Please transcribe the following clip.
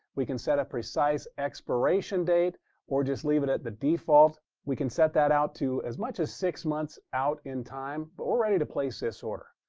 we can set a precise expiration date or just leave it at the default. we can set that out to as much as six months out in time, but we're ready to place this order.